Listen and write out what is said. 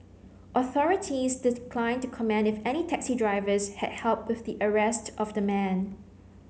authorities to comment if any taxi drivers had help with the arrest of the man